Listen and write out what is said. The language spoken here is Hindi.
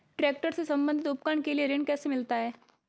ट्रैक्टर से संबंधित उपकरण के लिए ऋण कैसे मिलता है?